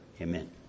Amen